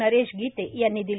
नरेश गिते यांनी दिले